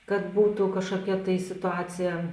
kad būtų kažkokia tai situacija